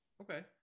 Okay